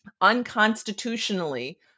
unconstitutionally